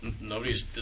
Nobody's